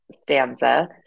stanza